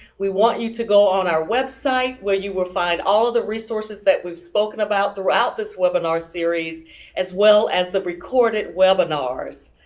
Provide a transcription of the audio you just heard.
we want you to go on our website where you will find all of the resources that we've spoken about throughout this webinar series as well as the recorded webinars.